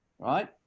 Right